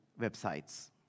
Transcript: websites